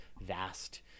vast